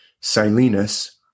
Silenus